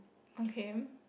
okay